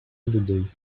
людей